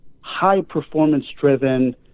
high-performance-driven